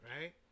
Right